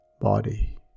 body